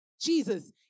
Jesus